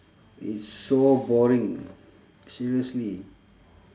it's so boring seriously